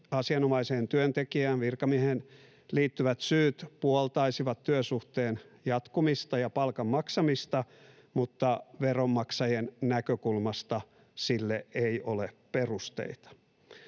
asianomaiseen työntekijään tai virkamieheen liittyvät syyt puoltaisivat työsuhteen jatkumista ja palkan maksamista, mutta veronmaksajien näkökulmasta sille ei ole perusteita.